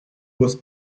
was